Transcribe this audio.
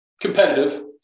competitive